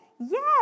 Yes